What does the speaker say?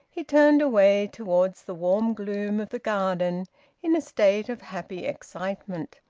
he turned away towards the warm gloom of the garden in a state of happy excitement.